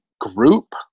group